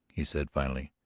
he said finally.